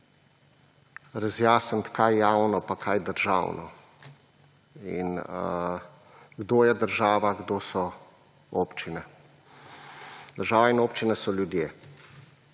razjasniti, kaj je javno in kaj je državno. In kdo je država, kdo so občine. Država in občine so ljudje